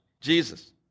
Jesus